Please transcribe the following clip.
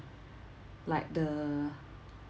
like the